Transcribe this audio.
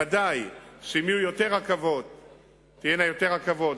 ודאי שאם תהיינה יותר רכבות,